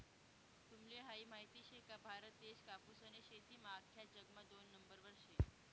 तुम्हले हायी माहित शे का, भारत देश कापूसनी शेतीमा आख्खा जगमा दोन नंबरवर शे